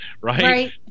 Right